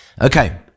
Okay